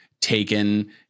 taken